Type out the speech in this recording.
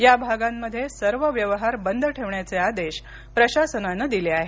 या भागांमध्ये सर्व व्यवहार बंद ठेवण्याचे आदेश प्रशासनानं दिले आहेत